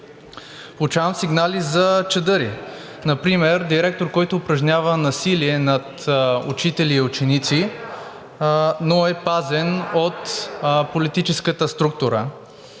Получавам сигнали за чадъри, например директор, който упражнява насилие над учители и ученици, но е пазен от политическата структура.